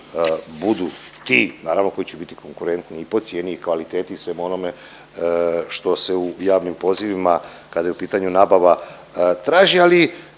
budu ti naravno koji će biti konkurentni po cijeni i kvaliteti i svemu onome što se u javnim pozivima kada je u pitanja nabava traži. Ali